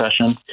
session